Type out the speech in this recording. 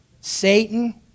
Satan